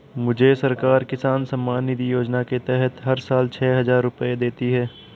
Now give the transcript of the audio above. मुझे सरकार किसान सम्मान निधि योजना के तहत हर साल छह हज़ार रुपए देती है